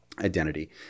identity